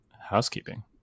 housekeeping